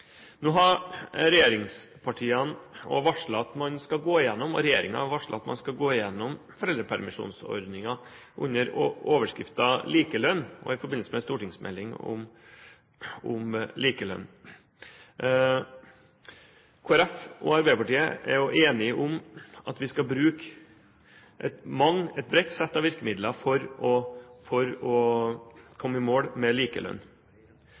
Nå har regjeringspartiene og regjeringen varslet at man skal gå gjennom foreldrepermisjonsordningen under overskriften likelønn i forbindelse med en stortingsmelding om likelønn. Kristelig Folkeparti og Arbeiderpartiet er jo enige om at vi skal bruke et bredt sett av virkemidler for å komme i mål med likelønn.